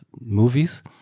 movies